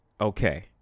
Okay